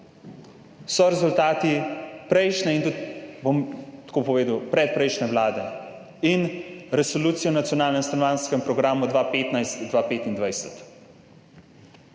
so rezultati prejšnje in tudi, bom tako povedal, predprejšnje vlade in Resolucije o nacionalnem stanovanjskem programu 2015–2025.